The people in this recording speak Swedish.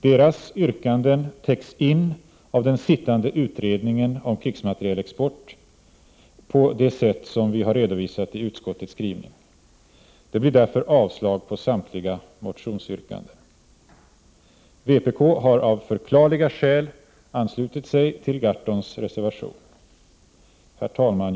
Deras yrkanden täcks in av den sittande utredningen om krigsmaterielexport på det sätt som vi redovisat i utskottets skrivning. Det blir därför avslag på samtliga motionsyrkanden. Vpk har av förklarliga skäl anslutit sig till Gahrtons reservation. Herr talman!